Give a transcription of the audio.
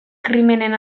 krimenen